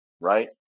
right